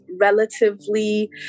relatively